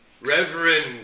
Reverend